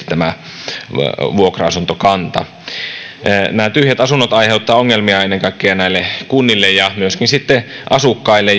tämä vuokra asuntokanta on usein kuntaomisteista nämä tyhjät asunnot aiheuttavat ongelmia ennen kaikkea näille kunnille ja myöskin sitten asukkaille